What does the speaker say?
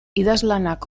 idazlanak